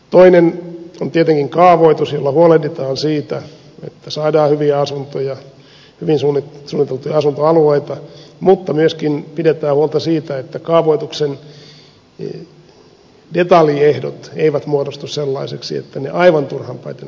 toinen on tietenkin kaavoitus jolla huolehditaan siitä että saadaan hyviä asuntoja hyvin suunniteltuja asuntoalueita mutta myöskin pidetään huolta siitä että kaavoituksen detaljiehdot eivät muodostu sellaisiksi että ne aivan turhanpäiten nostavat rakentamisen hintaa